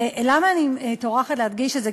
ולמה אני טורחת להדגיש את זה?